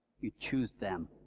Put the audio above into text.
you choose them.